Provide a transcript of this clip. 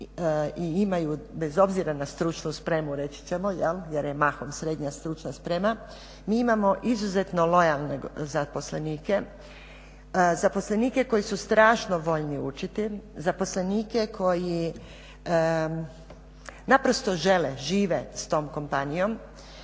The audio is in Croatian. i imaju bez obzira na stručnu spremu, reći ćemo jer je mahom srednja stručna sprema, mi imamo izuzetno lojalne zaposlenike, zaposlenike koji su strašno voljni učiti, zaposlenike koji naprosto žele, žive s tom kompanijom